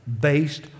based